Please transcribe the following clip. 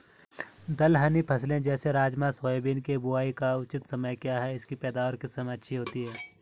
दलहनी फसलें जैसे राजमा सोयाबीन के बुआई का उचित समय क्या है इसकी पैदावार किस समय अच्छी होती है?